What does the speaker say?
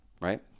right